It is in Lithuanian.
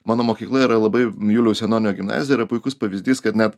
mano mokykla yra labai juliaus janonio gimnazija yra puikus pavyzdys kad net